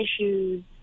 issues